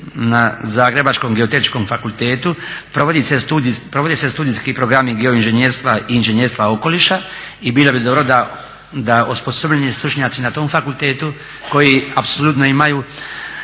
na zagrebačkom Geo-tehničkom fakultetu provodi se studijski programi geoinženjerestva i inženjerstva okoliša i bilo bi dobro da osposobljeni stručnjaci na tom fakultetu koji apsolutno imaju